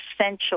essential